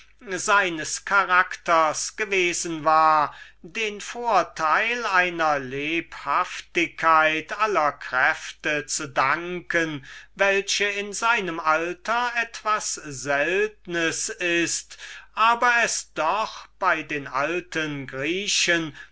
seines charakters gewesen war den vorteil einer lebhaftigkeit aller kräfte zu danken welche in seinem alter etwas seltnes ist aber bei den alten griechen